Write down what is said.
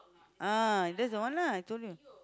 ah that's the one lah I told you